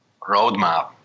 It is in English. roadmap